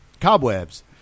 cobwebs